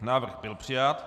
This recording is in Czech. Návrh byl přijat.